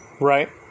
Right